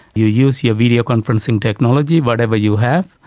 you use your media conferencing technology, whatever you have,